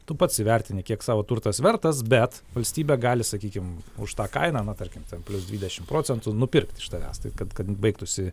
tu pats įvertini kiek savo turtas vertas bet valstybė gali sakykim už tą kainą na tarkim plius dvidešimt procentų nupirkt iš tavęs tai kad kad baigtųsi